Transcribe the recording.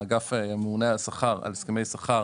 האגף הממונה על הסכמי שכר